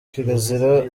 kirazira